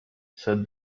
said